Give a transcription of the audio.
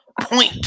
Point